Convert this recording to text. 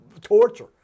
torture